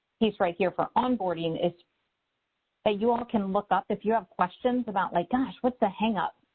piece right here for onboarding is that you all can look up. if you have questions about like, gosh, what's the hangup.